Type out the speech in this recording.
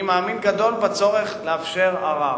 אני מאמין גדול בצורך לאפשר ערר,